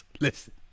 Listen